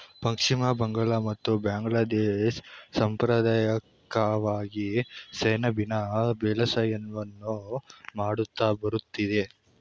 ಪಶ್ಚಿಮ ಬಂಗಾಳ ಮತ್ತು ಬಾಂಗ್ಲಾದೇಶ ಸಂಪ್ರದಾಯಿಕವಾಗಿ ಸೆಣಬಿನ ಬೇಸಾಯವನ್ನು ಮಾಡುತ್ತಾ ಬರುತ್ತಿದೆ